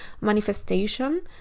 manifestation